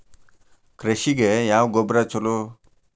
ಕೃಷಿಗ ಯಾವ ಗೊಬ್ರಾ ಛಲೋ?